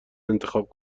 انتخاب